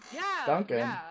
Duncan